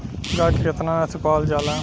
गाय के केतना नस्ल पावल जाला?